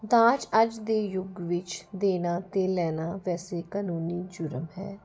ਦਾਜ ਅੱਜ ਦੇ ਯੁੱਗ ਵਿੱਚ ਦੇਣਾ ਅਤੇ ਲੈਣਾ ਵੈਸੇ ਕਾਨੂੰਨੀ ਜੁਰਮ ਹੈ